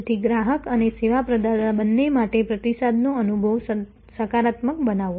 તેથી ગ્રાહક અને સેવા પ્રદાતા બંને માટે પ્રતિસાદનો અનુભવ સકારાત્મક બનાવો